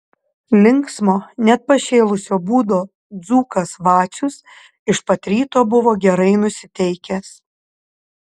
linksmo net pašėlusio būdo dzūkas vacius iš pat ryto buvo gerai nusiteikęs